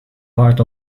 part